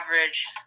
average